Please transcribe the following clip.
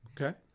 Okay